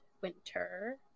Winter